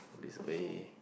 put this away